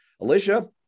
Alicia